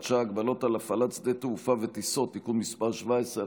שעה) (הגבלות על הפעלת שדות תעופה וטיסות) (תיקון מס' 17),